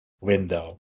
window